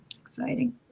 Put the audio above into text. Exciting